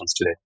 today